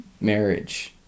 marriage